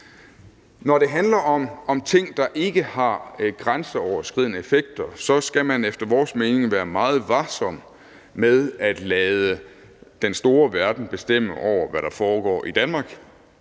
når det handler om ting, der ikke har grænseoverskridende effekter, så skal man efter vores mening være meget varsom med at lade den store verden bestemme over, hvad der foregår i Danmark,